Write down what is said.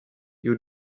you